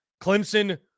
Clemson